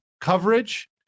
coverage